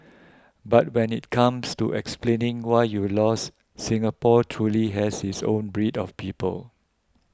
but when it comes to explaining why you lost Singapore truly has its own breed of people